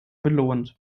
belohnt